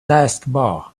taskbar